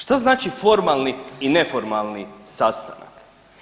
Što znači formalni i neformalni sastanak?